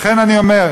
לכן אני אומר,